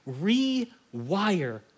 rewire